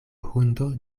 hundo